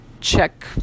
check